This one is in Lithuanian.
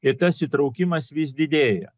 ir tas įtraukimas vis didėja